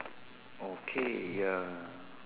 okay ya